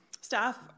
Staff